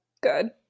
good